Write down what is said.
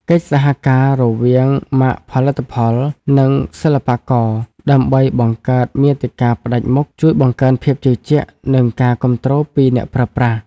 កិច្ចសហការរវាងម៉ាកផលិតផល និងសិល្បករ ដើម្បីបង្កើតមាតិកាផ្តាច់មុខ ជួយបង្កើនភាពជឿជាក់ និងការគាំទ្រពីអ្នកប្រើប្រាស់។